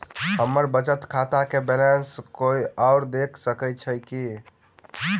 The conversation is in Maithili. हम्मर बचत खाता केँ बैलेंस कोय आओर देख सकैत अछि की